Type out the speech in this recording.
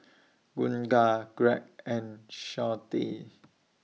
Gunnar Greg and Shawnte